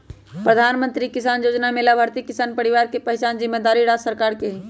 प्रधानमंत्री किसान जोजना में लाभार्थी किसान परिवार के पहिचान जिम्मेदारी राज्य सरकार के हइ